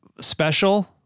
special